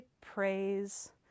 praise